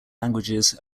languages